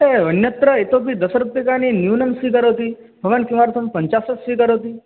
अन्यत्र इतोऽपि दशरूप्यकाणि न्यूनं स्वीकरोति भवान् किमर्थं पञ्चाशत् स्वीकरोति